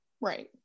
right